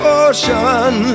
ocean